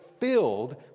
filled